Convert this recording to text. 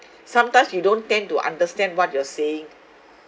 sometimes they don't tend to understand what you're saying